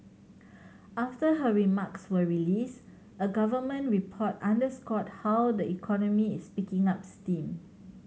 after her remarks were released a government report underscored how the economy is picking up steam